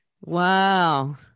Wow